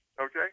Okay